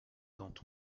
dont